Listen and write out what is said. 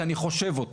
כי אני חושב אותו.